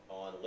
on